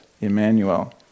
Emmanuel